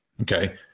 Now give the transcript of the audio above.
Okay